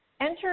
enter